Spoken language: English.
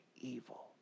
evil